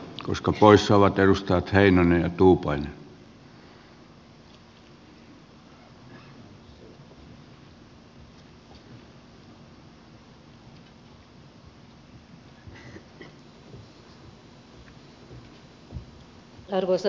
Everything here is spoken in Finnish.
koska poissa ovat perustunut heinonen arvoisa puhemies